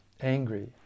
angry